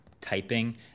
typing